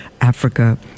Africa